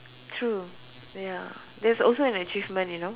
true ya that's also an achievement you know